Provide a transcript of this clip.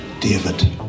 David